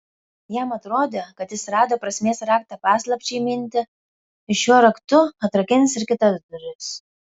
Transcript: jam atrodė kad jis rado prasmės raktą paslapčiai įminti ir šiuo raktu atrakins ir kitas duris